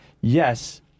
yes